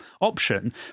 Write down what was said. option